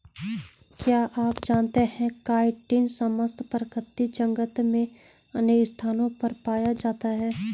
क्या आप जानते है काइटिन समस्त प्रकृति जगत में अनेक स्थानों पर पाया जाता है?